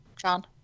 John